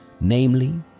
Namely